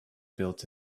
built